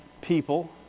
people